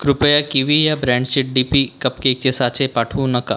कृपया किवी या ब्रँड्सचे डीपी कपकेकचे साचे पाठवू नका